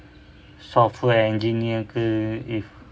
software engineer ke if